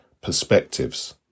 perspectives